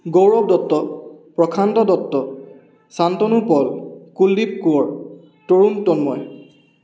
Gaurav Dutta Prasanta Dutta Santanu Pal Kuldeep Kunwar Tarun Tanmoy